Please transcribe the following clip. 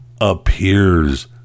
appears